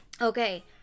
Okay